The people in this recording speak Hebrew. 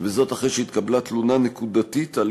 וזאת אחרי שהתקבלה תלונה נקודתית על